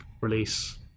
release